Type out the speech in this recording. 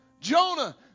Jonah